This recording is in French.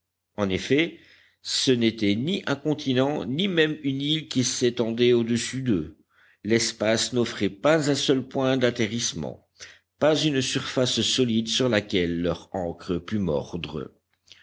en effet ce n'était ni un continent ni même une île qui s'étendait au-dessous d'eux l'espace n'offrait pas un seul point d'atterrissement pas une surface solide sur laquelle leur ancre pût mordre